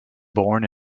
born